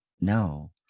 no